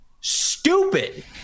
stupid